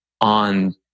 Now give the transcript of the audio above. on